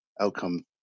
outcome